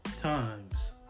times